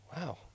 Wow